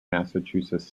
massachusetts